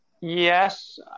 Yes